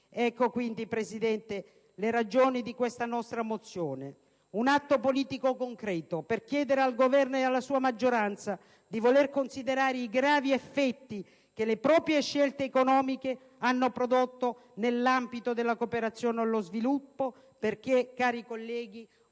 Ecco quindi, signor Presidente, le ragioni di questa nostra mozione. Un atto politico concreto per chiedere al Governo e alla sua maggioranza di voler considerare i gravi effetti che le proprie scelte economiche hanno prodotto nell'ambito della cooperazione allo sviluppo, perché, cari colleghi,